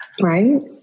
Right